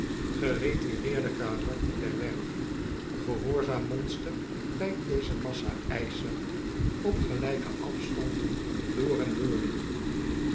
geretireerde karakter der werf gehoorzaam monster bijt deze massa ijzer op gelijke afstanden door en door